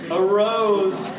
arose